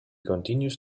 continues